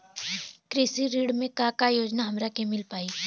कृषि ऋण मे का का योजना हमरा के मिल पाई?